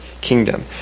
kingdom